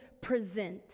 present